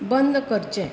बंद करचें